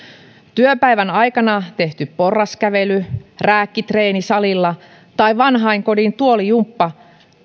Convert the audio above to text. työpäivän aikana tehty porraskävely rääkkitreeni salilla tai vanhainkodin tuolijumppa